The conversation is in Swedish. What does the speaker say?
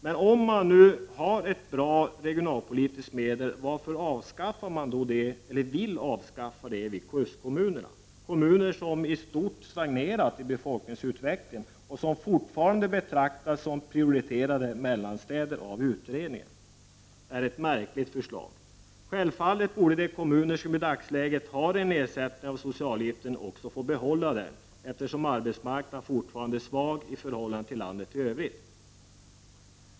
Men om man nu har ett bra regionalpolitiskt medel, varför vill man då avskaffa det i kustkommunerna, kommuner som i stort har stagnerat i fråga om befolkningsutvecklingen och som av utredningen fortfarande betraktas som prioriterade mellanstäder? Det är ett märkligt förslag. Självfallet borde de kommuner som i dagsläget har en nedsättning av socialavgiften också få behålla det systemet, eftersom arbetsmarknaden där fortfarande är svag i förhållande till landet i övrigt.